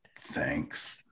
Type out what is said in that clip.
thanks